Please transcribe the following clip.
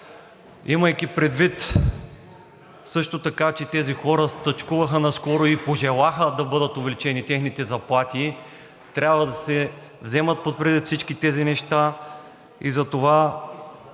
имайки предвид също така, че тези хора стачкуваха наскоро и пожелаха да бъдат увеличени техните заплати, трябва да се вземат предвид всички тези неща. Надяваме